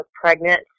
pregnant